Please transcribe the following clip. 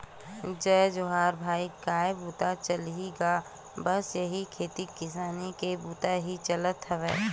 जय जोहार भाई काय बूता चलही गा बस उही खेती किसानी के बुता ही चलत हवय